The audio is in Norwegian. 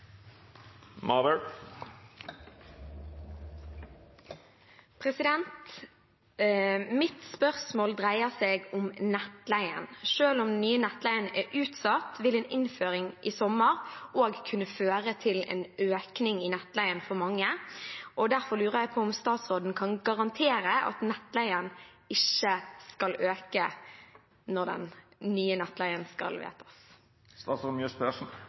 dreier seg om nettleien: «Selv om den nye nettleien er utsatt, vil en innføring i sommer også føre til økning for mange – kan statsråden garantere at nettleien ikke skal øke?» Strømnettet er et naturlig monopol, og nettselskapenes inntekter er derfor